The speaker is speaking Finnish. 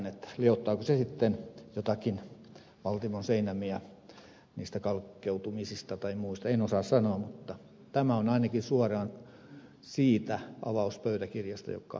liottaako se sitten jotakin valtimon seinämiä niistä kalkkeutumisista tai muusta en osaa sanoa mutta tämä on ainakin suoraan siitä avauspöytäkirjasta jonka satuin silloin lukemaan